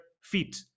feet